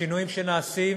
השינויים שנעשים